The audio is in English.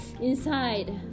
inside